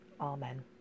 Amen